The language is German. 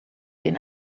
den